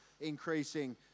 increasing